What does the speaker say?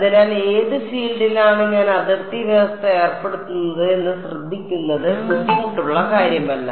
അതിനാൽ ഏത് ഫീൽഡിലാണ് ഞാൻ അതിർത്തി വ്യവസ്ഥ ഏർപ്പെടുത്തുന്നത് എന്ന് ശ്രദ്ധിക്കുന്നത് ബുദ്ധിമുട്ടുള്ള കാര്യമല്ല